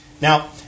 Now